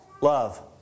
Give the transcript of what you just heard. love